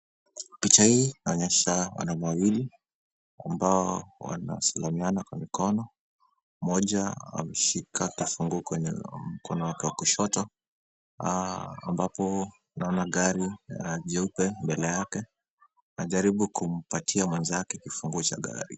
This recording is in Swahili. Picha hii inaonyesha wanaume wawili ambao wanasalimiana kwa mikono. Mmoja ameshika kifunguu kwenye mkono wake wa kushoto, ambapo naona gari jeupe mbele yake. Anajaribu kumpatia mwenzake kifunguo cha gari.